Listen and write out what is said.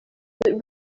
but